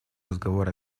разговор